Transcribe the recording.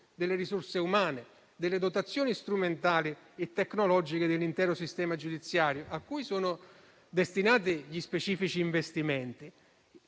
delle risorse umane, delle dotazioni strumentali e tecnologiche dell'intero sistema giudiziario, a cui sono destinati specifici investimenti.